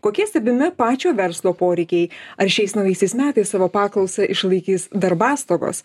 kokie stebimi pačio verslo poreikiai ar šiais naujaisiais metais savo paklausą išlaikys darbastogos